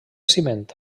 ciment